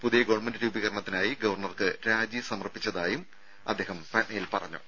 പുതിയ ഗവൺമെന്റ് രൂപീകരിക്കുന്നതിനായി ഗവർണർക്ക് രാജി സമർപ്പിച്ചതായും അദ്ദേഹം പാറ്റ്നയിൽ പറഞ്ഞു